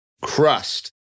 crust